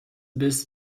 biss